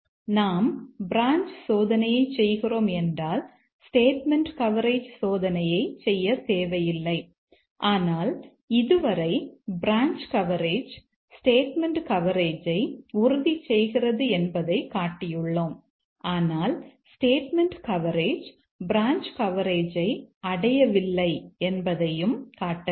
நாம் பிரான்ச் சோதனையைச் செய்கிறோம் என்றால் ஸ்டேட்மெண்ட் கவரேஜ் சோதனையைச் செய்யத் தேவையில்லை ஆனால் இதுவரை பிரான்ச் கவரேஜ் ஸ்டேட்மெண்ட் கவரேஜை உறுதி செய்கிறது என்பதைக் காட்டியுள்ளோம் ஆனால் ஸ்டேட்மெண்ட் கவரேஜ் பிரான்ச் கவரேஜை அடையவில்லை என்பதையும் காட்ட வேண்டும்